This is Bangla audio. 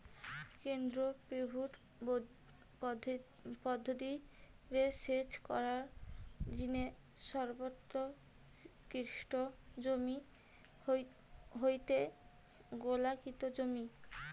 কেন্দ্রীয় পিভট পদ্ধতি রে সেচ করার জিনে সর্বোৎকৃষ্ট জমি হয়ঠে গোলাকৃতি জমি